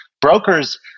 Brokers